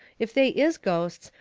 if they is ghosts,